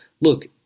look